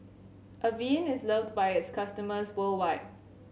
Avene is loved by its customers worldwide